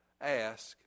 ask